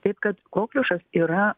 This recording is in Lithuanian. taip kad kokliušas yra